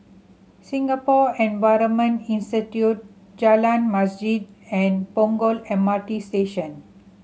Singapore Environment Institute Jalan Masjid and Punggol M R T Station